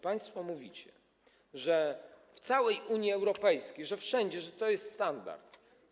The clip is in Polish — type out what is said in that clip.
Państwo mówicie, że w całej Unii Europejskiej, że wszędzie jest to standard.